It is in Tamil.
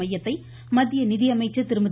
மையத்தை மத்திய நிதியமைச்சர் திருமதி